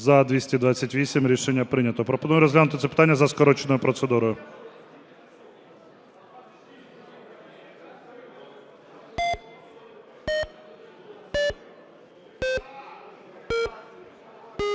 За-228 Рішення прийнято. Пропоную розглянути це питання за скороченою процедурою.